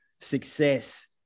success